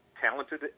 talented